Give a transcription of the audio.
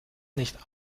nicht